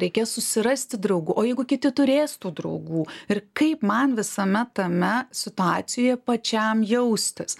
reikės susirasti draugų o jeigu kiti turės tų draugų ir kaip man visame tame situacijoje pačiam jaustis